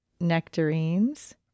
Nectarines